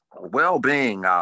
well-being